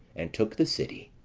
and took the city.